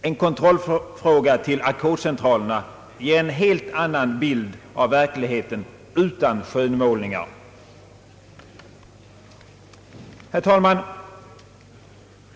En kontrollfråga till ackordcentralerna ger en helt annan blid av verkligheten utan skönmålningar. Herr talman!